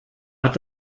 hat